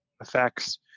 effects